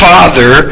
Father